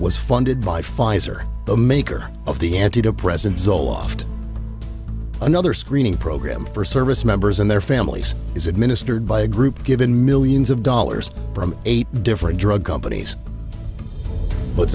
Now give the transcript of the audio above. was funded by pfizer the maker of the antidepressant zoloft another screening program for service members and their families is administered by a group given millions of dollars from eight different drug companies but